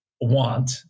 want